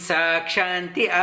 Sakshanti